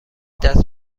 دست